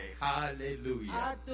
Hallelujah